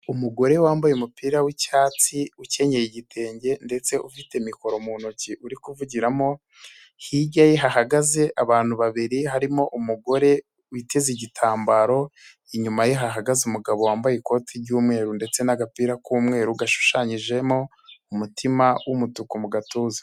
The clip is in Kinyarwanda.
Umugore wambaye umupira w'icyatsi, ukenyeye igitenge ndetse ufite mikoro mu ntoki uri kuvugiramo, hirya ye hahagaze abantu babiri harimo umugore witeze igitambaro, inyuma ye hagaze umugabo wambaye ikoti ry'umweru ndetse n'agapira k'umweru gashushanyijemo umutima w'umutuku mu gatuza.